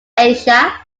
asia